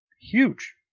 huge